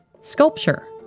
Sculpture